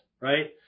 right